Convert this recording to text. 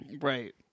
Right